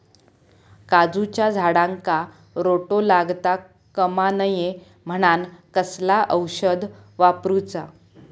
काजूच्या झाडांका रोटो लागता कमा नये म्हनान कसला औषध वापरूचा?